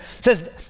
says